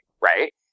right